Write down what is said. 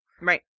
Right